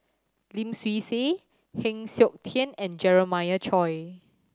Lim Swee Say Heng Siok Tian and Jeremiah Choy